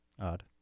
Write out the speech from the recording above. Odd